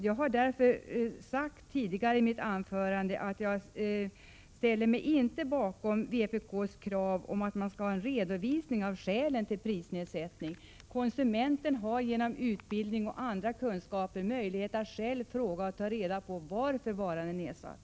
Jag har därför sagt tidigare att jag inte ställer mig bakom vpk:s krav på en redovisning av skälen till prisnedsättningen. Konsumenten har genom utbildning och på annat sätt fått kunskaper och möjligheter att själv ta reda på varför en vara är prisnedsatt.